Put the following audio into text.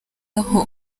aho